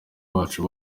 bacu